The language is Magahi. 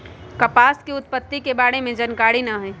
कपास के उत्पत्ति के बारे में जानकारी न हइ